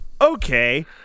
okay